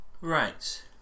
Right